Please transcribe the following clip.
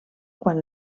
quan